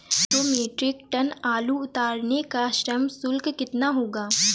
दो metric ton आलू उतारने का श्रम शुल्क कितना होगा?